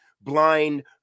blind